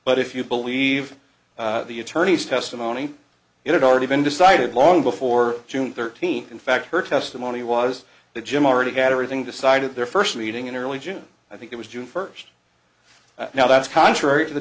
but if you believe the attorney's testimony it had already been decided long before june thirteenth in fact her testimony was that jim already had everything decided their first meeting in early june i think it was june first now that's contrary to the